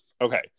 Okay